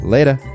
Later